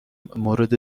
مورد